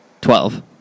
Twelve